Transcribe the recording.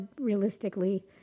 realistically